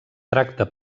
tracta